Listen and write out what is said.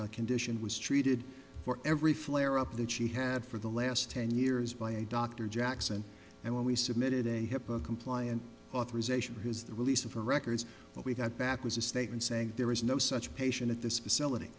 e condition was treated for every flare up that she had for the last ten years by a doctor jackson and we submitted a hippo compliant authorization because the release of her records what we got back was a statement saying there is no such patient at this facility